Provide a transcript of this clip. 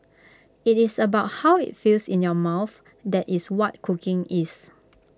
IT is about how IT feels in your mouth that is what cooking is